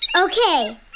Okay